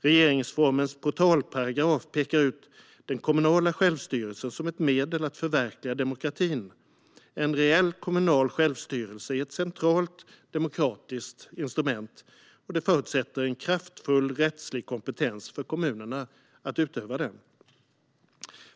Regeringsformens portalparagraf pekar ut den kommunala självstyrelsen som ett medel för att förverkliga demokratin. En reell kommunal självstyrelse är ett centralt demokratiskt instrument, och det förutsätter en kraftfull rättslig kompetens för kommunerna att utöva den.